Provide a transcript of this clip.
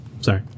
sorry